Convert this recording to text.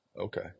okay